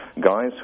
guys